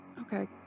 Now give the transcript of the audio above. Okay